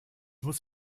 muss